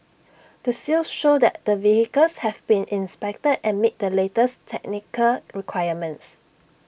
the seals show that the vehicles have been inspected and meet the latest technical requirements